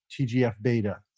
TGF-beta